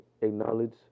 acknowledge